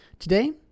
Today